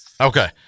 Okay